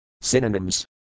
Synonyms